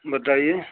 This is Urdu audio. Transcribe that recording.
بتائیے